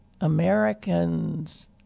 Americans